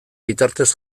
bitartez